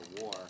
war